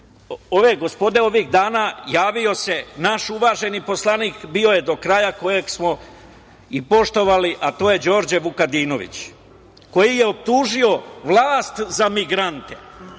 ove gospode, ovih dana javio se naš uvaženi poslanik, bio je do kraja, kojeg smo i poštovali, a to je Đorđe Vukadinović, koji je optužio vlast za migrante. Neću,